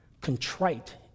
Contrite